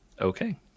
Okay